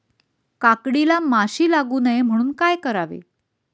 काकडीला माशी लागू नये म्हणून काय करावे?